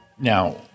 now